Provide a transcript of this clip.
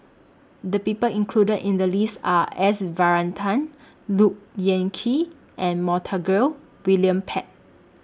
The People included in The list Are S Varathan Look Yan Kit and Montague William Pett